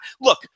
Look